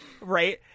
Right